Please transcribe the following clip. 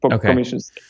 commissions